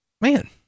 Man